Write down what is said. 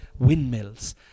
Windmills